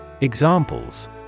Examples